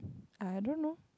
I don't know